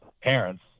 parents